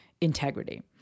integrity